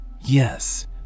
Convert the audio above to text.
Yes